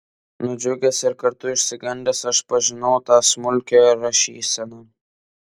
nudžiugęs ir kartu išsigandęs aš pažinau tą smulkią rašyseną